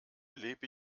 lebe